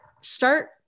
start